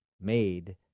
made